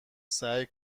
سعی